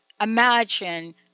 imagine